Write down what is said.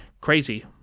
crazy